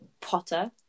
Potter